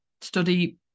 study